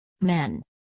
Men